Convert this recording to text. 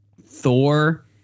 Thor